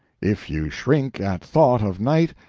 if you shrink at thought of night,